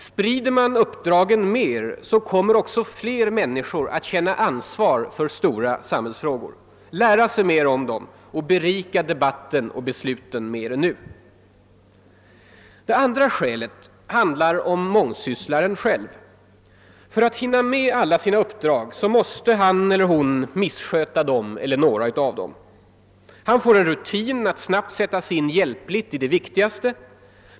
Sprider man uppdragen mer kommer också flera människor att känna ansvar för stora samhällsfrågor, lära sig mera om dem och berika debatten och besluten mer än nu. För det andra måste man ta hänsyn till mångsysslaren själv. För att hinna med alla sina uppdrag måste han eller hon missköta dem eller några av dem. Han får en rutin att snabbt sätta sig in i de viktigaste.